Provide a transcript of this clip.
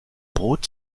brot